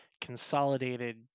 consolidated